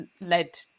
led